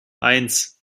eins